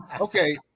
Okay